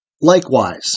Likewise